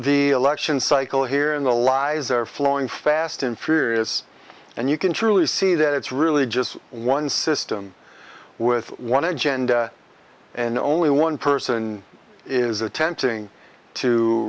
the election cycle here in the lies are flowing fast and furious and you can truly see that it's really just one system with one agenda and only one person is attempting to